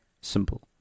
Simple